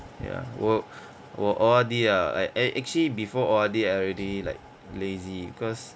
ya 我 我 O_R_D liao I I actually before O_R_D I already like lazy cause